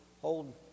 hold